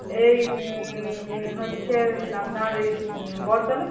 এই হচ্ছে আপনার এই বড়তলে